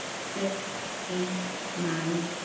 six, eight. nine.